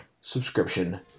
subscription